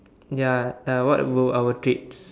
ya uh what would our treats